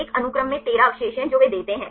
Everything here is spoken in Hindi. एक अनुक्रम में 13 अवशेष हैं जो वे देते हैं